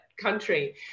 country